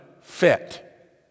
fit